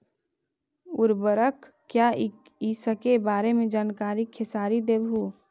उर्वरक क्या इ सके बारे मे जानकारी खेसारी देबहू?